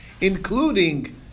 including